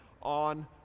on